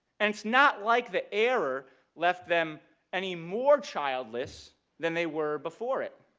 and it's not like the error left them anymore childless than they were before it.